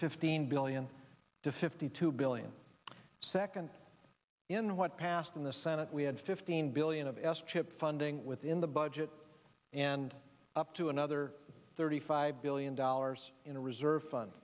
fifteen billion to fifty two billion seconds in what passed in the senate we had fifteen billion of s chip funding within the budget and up to another thirty five billion dollars in a reserve fun